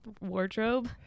wardrobe